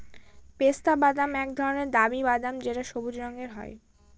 পেস্তা বাদাম এক ধরনের দামি বাদাম যেটা সবুজ রঙের হয়